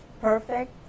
perfect